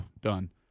Done